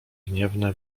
gniewne